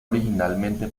originalmente